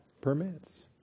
permits